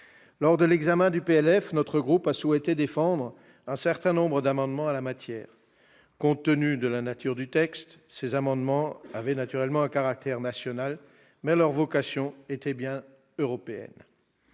loi de finances pour 2018, notre groupe a souhaité défendre un certain nombre d'amendements en la matière. Compte tenu de la nature du texte, ces amendements avaient un caractère national, mais leur vocation était bien européenne.